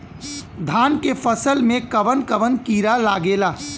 धान के फसल मे कवन कवन कीड़ा लागेला?